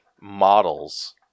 models